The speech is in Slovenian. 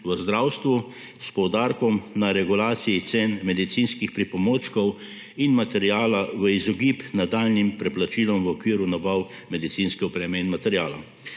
v zdravstvu, s poudarkom na regulaciji cen medicinskih pripomočkov in materiala v izogib nadaljnjim preplačilom v okviru nabav medicinske opreme in materiala.